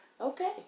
Okay